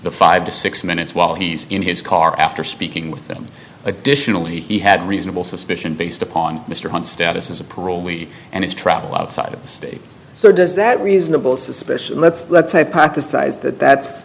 the five to six minutes while he's in his call after speaking with him additionally he had reasonable suspicion based upon mr hunt's status as a parolee and it's travel outside of the state so does that reasonable suspicion let's let's say past the size that that's